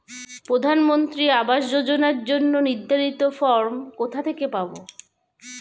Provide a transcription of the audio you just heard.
প্রধানমন্ত্রী আবাস যোজনার জন্য নির্ধারিত ফরম কোথা থেকে পাব?